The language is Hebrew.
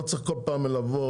לא צריך כל פעם לבוא.